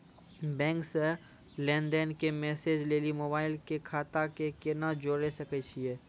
Bank से लेंन देंन के मैसेज लेली मोबाइल के खाता के केना जोड़े सकय छियै?